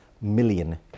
million